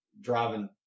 driving